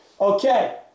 Okay